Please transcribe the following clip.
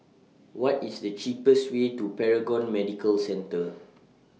What IS The cheapest Way to Paragon Medical Centre